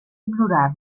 ignorar